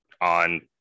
on